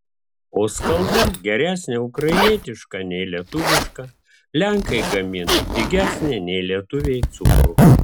o skalda geresnė ukrainietiška nei lietuviška lenkai gamina pigesnį nei lietuviai cukrų